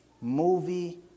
movie